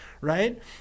right